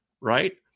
Right